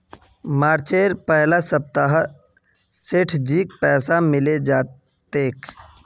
मार्चेर पहला सप्ताहत सेठजीक पैसा मिले जा तेक